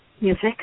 music